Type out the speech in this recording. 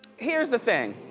here's the thing.